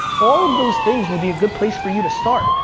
all of those things would be a good place for you to start.